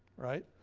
right?